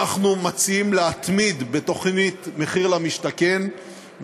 אנחנו מציעים להתמיד בתוכנית מחיר למשתכן,